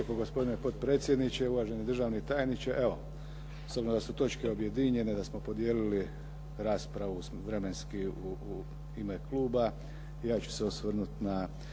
Hvala vam